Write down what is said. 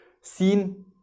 seen